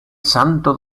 santo